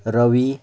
Ravi